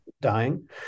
dying